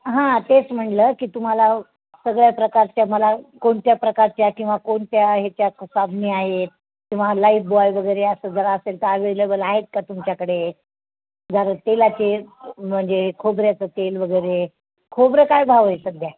हा तेच म्हटलं की तुम्हाला सगळ्या प्रकारच्या मला कोणत्या प्रकारच्या किंवा कोणत्या याच्या साबण आहेत किंवा लाईवबॉय वगैरे असं जर असेल तर अवेलेबल आहेत का तुमच्याकडे जर तेलाचे म्हणजे खोबऱ्याचं तेलवगैरे खोबरं काय भाव आहे सध्या